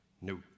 No